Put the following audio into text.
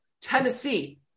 Tennessee